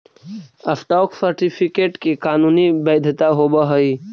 stock certificate के कानूनी वैधता होवऽ हइ